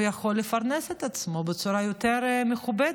יכול לפרנס את עצמו בצורה יותר מכובדת